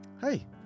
Hey